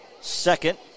second